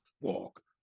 walk